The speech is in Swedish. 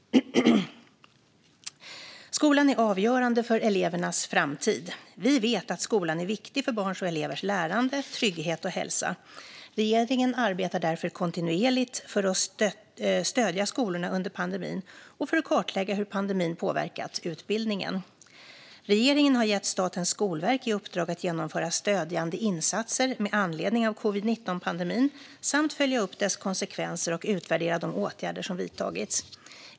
Skolan är avgörande för elevernas framtid. Vi vet att skolan är viktig för barns och elevers lärande, trygghet och hälsa. Regeringen arbetar därför kontinuerligt för att stödja skolorna under pandemin och för att kartlägga hur pandemin påverkat utbildningen. Regeringen har gett Statens skolverk i uppdrag att genomföra stödjande insatser med anledning av covid-19-pandemin samt följa upp dess konsekvenser och utvärdera de åtgärder som vidtagits.